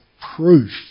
proof